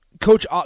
Coach